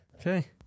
Okay